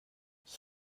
ich